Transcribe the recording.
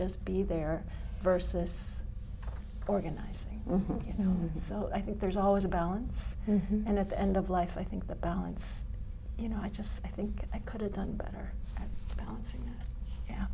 just be there versus organizing you know so i think there's always a balance and at the end of life i think the balance you know i just i think i could have done better